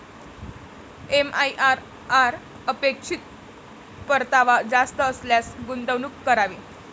MIRR अपेक्षित परतावा जास्त असल्यास गुंतवणूक करावी